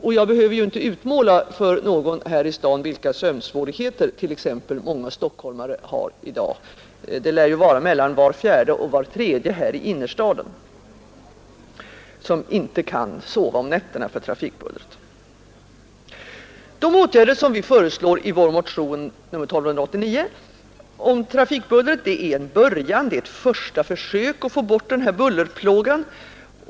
Och jag behöver inte utmåla för någon här i staden exempelvis vilka sömnsvårigheter många stockholmare har — det lär ju vara mellan var fjärde och var tredje här i innerstaden som inte kan sova om nätterna för trafikbullret. De åtgärder som vi föreslår i motionen 1289 om trafikbullret är en början, ett första försök att få bort den här bullerplågan.